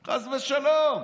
חס ושלום.